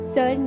Sir